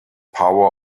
power